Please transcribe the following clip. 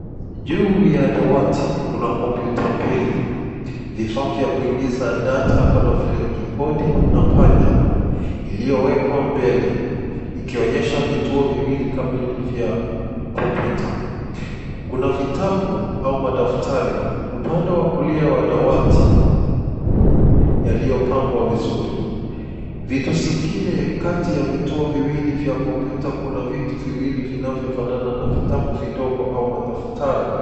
Juu ya dawati Kuna ( computer) mbili. Vivaa vya kuingizwa data kama vile kibodi na panya iliowekwa mbele ikionesha vituo viwili kamili vya ( computer) . Kuna vitabu au madaftari Upande Wa kulia Wa dawati yaliyo pangwa vizuri, vitu zingine kati ya vituo viwili ya (computer) Kuna vitu viwili vinavyo fanana na vitabu viwili vidogo au madaftari.